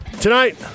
Tonight